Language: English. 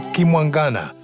Kimwangana